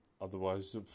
Otherwise